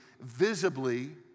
visibly